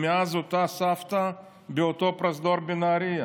מאז אותה סבתא באותו פרוזדור בנהריה,